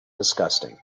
disgusting